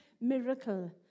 miracle